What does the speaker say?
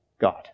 God